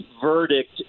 verdict